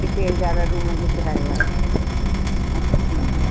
टे टे हज़ार रूम जो किरायो आहे अच्छा